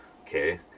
Okay